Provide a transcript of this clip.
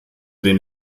den